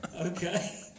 Okay